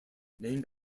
named